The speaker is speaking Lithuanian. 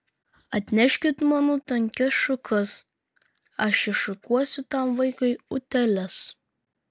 atneškit mano tankias šukas aš iššukuosiu tam vaikui utėles